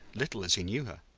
little as he knew her.